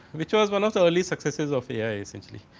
which was one of the early successive of ai essentially.